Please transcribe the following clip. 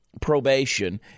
probation